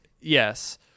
Yes